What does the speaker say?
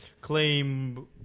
claim